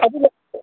ꯑꯗꯨꯅ